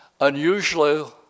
Unusually